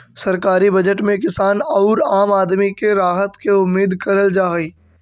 सरकारी बजट में किसान औउर आम आदमी के लिए राहत के उम्मीद करल जा हई